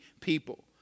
people